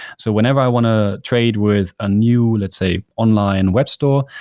so whenever i want to trade with a new, let's say, online web store,